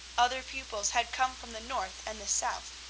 other pupils had come from the north and the south,